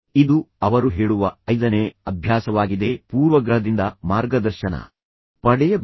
ಇದು ಅವರು ಹೇಳುವ ಐದನೇ ಅಭ್ಯಾಸವಾಗಿದೆಃ ಪೂರ್ವಗ್ರಹದಿಂದ ಮಾರ್ಗದರ್ಶನ ಪಡೆಯಬೇಡಿ